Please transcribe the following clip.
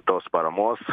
tos paramos